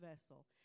vessel